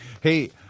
Hey